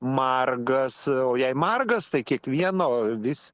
margas o jei margas tai kiekvieno vis